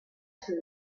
who